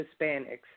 Hispanics